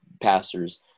pastors